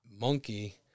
Monkey